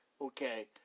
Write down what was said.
okay